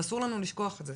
ואסור לנו לשכוח את זה.